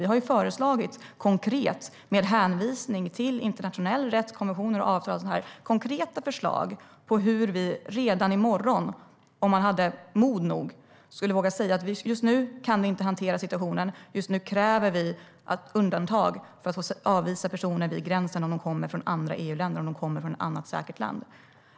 Vi har, med hänvisning till internationell rätt, konventioner och avtal, lagt fram konkreta förslag på hur vi redan i morgon - om vi har mod nog - kan säga att vi just nu inte kan hantera situationen och att vi kräver undantag så att vi kan avvisa personer vid gränsen om de kommer från andra EU-länder eller andra säkra länder.